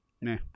Nah